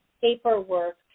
paperwork